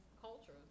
culture